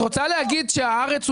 את רוצה להגיד ש"הארץ"